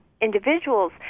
individuals